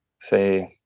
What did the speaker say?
say